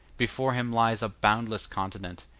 before him lies a boundless continent,